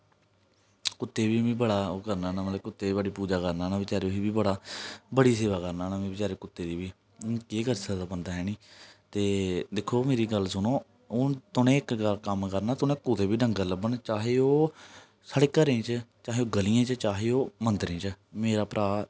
कुत्ते बी में बड़ा ओह् करना होना मतलब कि कुत्ते दी बड़ी पूजा करना होना बचारे ओह् बी बड़ा सेवा करना होना में बचारे कुत्ते दी बी केह् करी सकदा बंदा ऐनी ते दिक्खो मेरी गल्ल सुनो हून तुसें गी इक कम्म करना तुसें कुत्ते बी डंगर लब्भन चाहे ओह् साढ़े घरें च चाहे ओह् गलियें च चाहे ओह् मंदरे च मेरा भ्राऽ